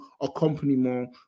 accompaniment